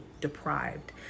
deprived